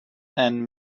and